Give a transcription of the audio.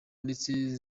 ndetse